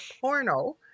porno